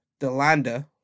DeLanda